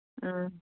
ꯎꯝ